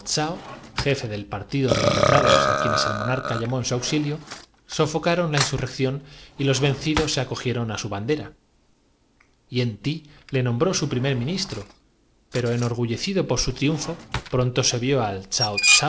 jefe del partido de los letrados á quienes el monarca llamó en su auxilio sofocaron la insurrec ción y los vencidos se acogieron á su bandera hien ti le nombró su primer ministro pero enorgullecido por su triunfo pronto se vió á